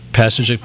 passage